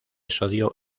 sodio